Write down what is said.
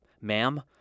ma'am